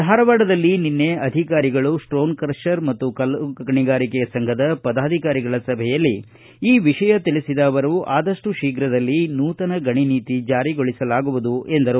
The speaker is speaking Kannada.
ಧಾರವಾಡದಲ್ಲಿ ನಿನ್ನೆ ಅಧಿಕಾರಿಗಳು ಸ್ಪೋನ್ಕ್ರಶರ್ ಮತ್ತು ಕಲ್ಲು ಗಣಿಗಾರಿಕೆ ಸಂಘದ ಪದಾಧಿಕಾರಿಗಳ ಸಭೆಯಲ್ಲಿ ಈ ವಿಷಯ ತಿಳಿಸಿದ ಅವರು ಆದಷ್ಟು ಶೀಘ್ರದಲ್ಲಿ ನೂತನ ಗಣಿ ನೀತಿ ಜಾರಿಗೊಳಿಸಲಾಗುವುದು ಎಂದರು